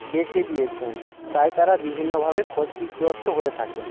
বেচে দিয়েছেন তাই তারা বিভিন্নভাবে ক্ষতিগ্রস্ত হয়ে থাকেন